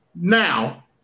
now